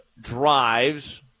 drives